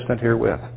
herewith